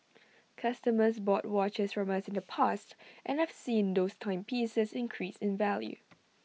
customers bought watches from us in the past and have seen those timepieces increase in value